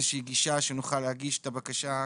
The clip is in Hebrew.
גישה שנוכל להגיש את הבקשה?